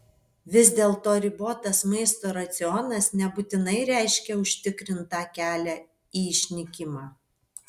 vis dėlto ribotas maisto racionas nebūtinai reiškia užtikrintą kelią į išnykimą